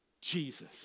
Jesus